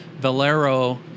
Valero